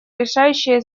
решающее